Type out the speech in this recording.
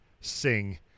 sing